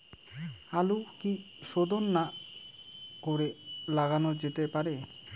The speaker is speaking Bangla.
আলু কি শোধন না করে লাগানো যেতে পারে?